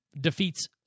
defeats